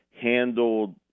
handled